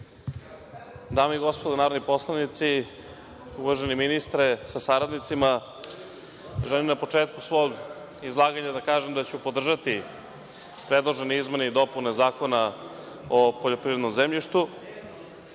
i gospodo narodni poslanici, uvaženi ministre sa saradnicima, želim na početku svog izlaganja da kažem da ću podržati predložene izmene i dopune Zakona o poljoprivrednom zemljištu